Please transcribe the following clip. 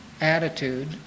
Attitude